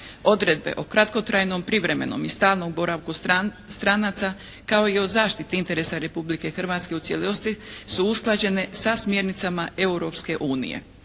Odredbe o kratkotrajnom, privremenom i stalnom boravku stranaca kao i o zaštiti interesa Republike Hrvatske u cijelosti su usklađene sa smjernicama Europske unije.